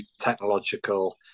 technological